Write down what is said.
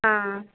हाँ